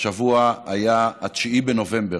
השבוע היה 9 בנובמבר,